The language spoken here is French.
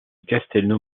castelnau